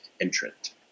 entrant